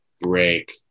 break